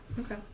Okay